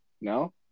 No